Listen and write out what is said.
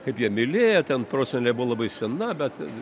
kaip ją mylėjo ten prosenelė buvo labai sena bet